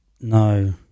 No